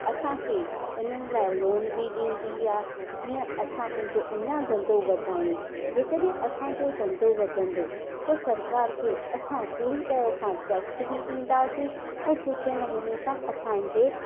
असांखे इन्हनि लाइ लोन बि ॾींदी आहे जीअं असां पंहिंजो अञा धंदो वधायूं जेकॾहिं असांजो धंदो वधंदो त सरकार खे असां पूरी तरह सां टैक्स बि ॾींदासीं ऐं सुठे नमूने सां असांजे